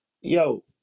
Yo